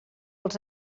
els